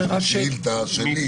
בגלל השאילתה שלי.